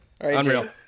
unreal